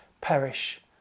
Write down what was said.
perish